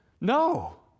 No